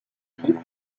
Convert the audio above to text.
fils